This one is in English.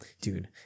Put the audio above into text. Dude